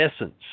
essence